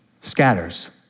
scatters